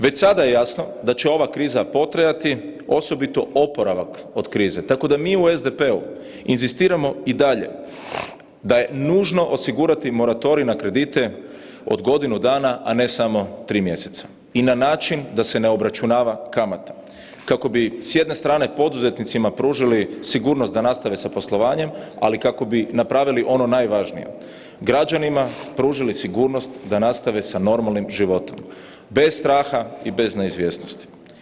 Već sada je jasno da će ova kriza potrajati, osobito oporavak od krize, tako da mi u SDP-u inzistiramo i dalje da je nužno osigurati moratorij na kredite od godinu dana, a ne samo tri mjeseca i na način da se obračunava kamata kako bi s jedne strane poduzetnicima pružili sigurnost da nastave sa poslovanjem, ali kako bi napravili ono najvažnije, građanima pružili sigurnost da nastave sa normalnim životom bez straha i bez neizvjesnosti.